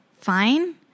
fine